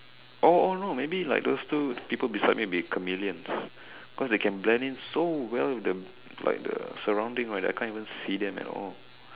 oh oh no maybe like those two people beside me be chameleons because they can blend in so well with the like the surrounding right that I can't even see them at all